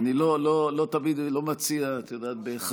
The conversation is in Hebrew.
את יודעת, לא תמיד, אני לא מציע, את יודעת, בהכרח